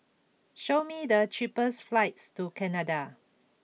show me the cheapest flights to Canada